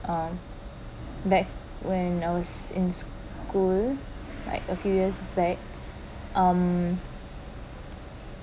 um back when I was in school like a few years back um